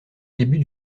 début